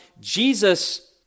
Jesus